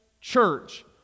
church